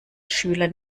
schüler